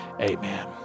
amen